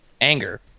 anger